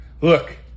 Look